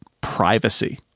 privacy